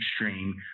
extreme